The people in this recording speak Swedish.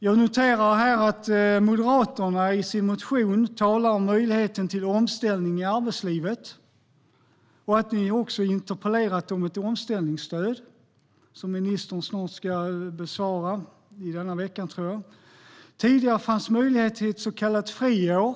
Jag noterar att Moderaterna i sin motion talar om möjligheten till omställning i arbetslivet och att ni också har interpellerat om ett omställningsstöd, som ministern ska besvara i denna vecka. Tidigare fanns möjlighet till ett så kallat friår.